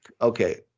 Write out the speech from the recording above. Okay